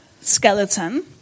skeleton